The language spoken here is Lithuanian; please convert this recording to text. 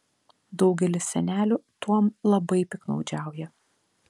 daugelis senelių tuom labai piktnaudžiauja